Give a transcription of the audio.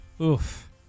oof